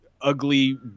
ugly